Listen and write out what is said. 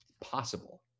possible